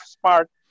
smart